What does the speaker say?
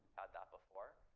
that before.